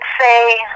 say